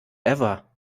ever